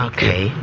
Okay